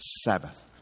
Sabbath